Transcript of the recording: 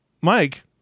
Mike